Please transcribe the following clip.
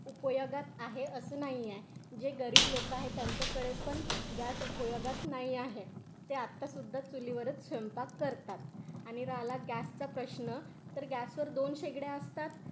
उपयोगात आहे असं नाही आहे जे गरीब लोकं आहेत त्यांच्याकडे पण गॅस उपयोगात नाही आहे ते आता सुद्धा चुलीवरच स्वयंपाक करतात आणि राहिला गॅसचा प्रश्न तर गॅसवर दोन शेगड्या असतात